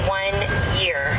one-year